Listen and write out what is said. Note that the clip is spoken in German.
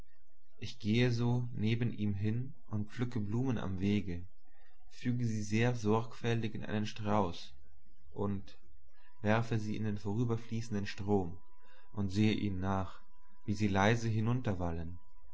ich gehe so neben ihm hin und pflücke blumen am wege füge sie sehr sorgfältig in einen strauß und werfe sie in den vorüberfließenden strom und sehe ihnen nach wie sie leise